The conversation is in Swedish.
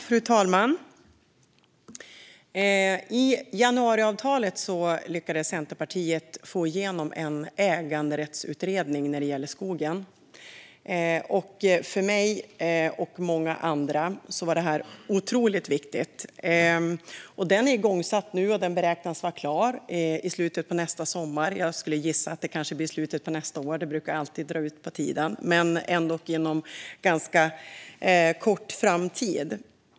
Fru talman! I januariavtalet lyckades Centerpartiet få igenom en äganderättsutredning när det gäller skogen. För mig och många andra var det otroligt viktigt. Utredningen är igångsatt nu och beräknas vara klar i slutet av kommande sommar. Jag skulle gissa att det kanske blir i slutet av nästa år. Det brukar alltid dra ut på tiden, men det blir nog ändock inom en ganska snar framtid.